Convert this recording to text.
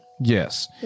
Yes